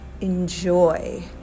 enjoy